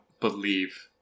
believe